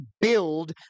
build